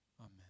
Amen